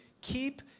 keep